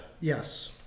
Yes